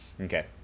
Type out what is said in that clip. Okay